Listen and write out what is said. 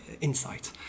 insight